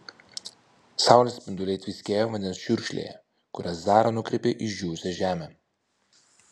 saulės spinduliai tviskėjo vandens čiurkšlėje kurią zara nukreipė į išdžiūvusią žemę